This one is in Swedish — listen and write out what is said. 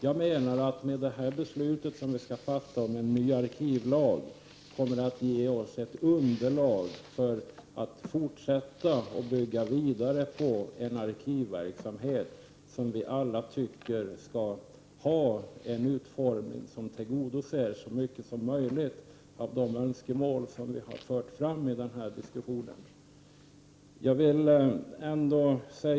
Jag menar att det beslut som vi skall fatta om en ny arkivlag kommer att ge oss ett underlag för att fortsätta att bygga vidare på en arkivverksamhet som vi alla tycker skall ha en utformning som tillgodoser så mycket som möjligt av de önskemål som har förts fram i denna diskussion.